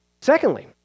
Secondly